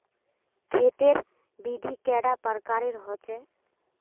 खेत तेर विधि कैडा प्रकारेर होचे?